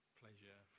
pleasure